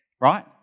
right